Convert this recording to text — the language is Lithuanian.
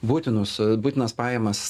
būtinus būtinas pajamas